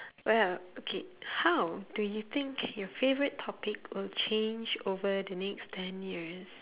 well okay how do you think your favourite topic will change over the next ten years